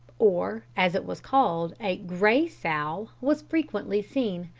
or, as it was called, a gray-sow, was frequently seen,